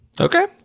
Okay